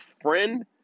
friend